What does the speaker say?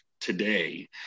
today